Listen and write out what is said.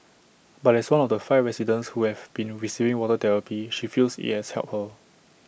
but as one of the five residents who have been receiving water therapy she feels IT has helped her